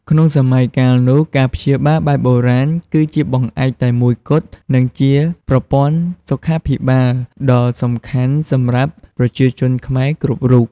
ក្នុងសម័យកាលនោះ ការព្យាបាលបែបបុរាណ គឺជាបង្អែកតែមួយគត់ និងជាប្រព័ន្ធសុខាភិបាលដ៏សំខាន់សម្រាប់ប្រជាជនខ្មែរគ្រប់រូប។